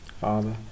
father